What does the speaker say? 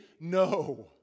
No